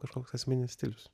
kažkoks asmeninis stilius